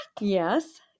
Yes